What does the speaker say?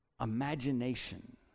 imagination